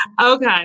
Okay